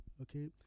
okay